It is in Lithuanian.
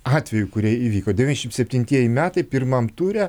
atvejų kurie įvyko devyniasdešimt septintieji metai pirmam ture